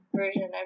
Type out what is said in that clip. version